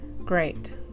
great